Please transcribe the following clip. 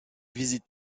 visite